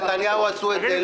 נתניהו עשו את זה,